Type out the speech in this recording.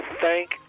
thank